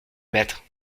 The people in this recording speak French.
mettre